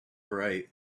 right